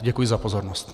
Děkuji za pozornost.